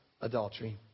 adultery